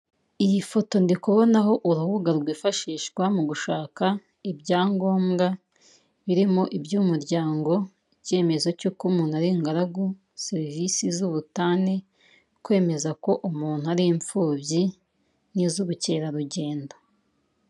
Iyi foto ndikubonaho urubuga rwifashishwa mu gushaka ibyangombwa birimo iby'umuryango, icyemezo cy'uko umuntu ari ingaragu, serivisi z'ubutane, kwemeza ko umuntu ari imfubyi n'iz'ubukerarugendo.